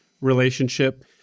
relationship